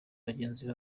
bagenzi